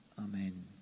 Amen